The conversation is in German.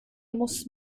muss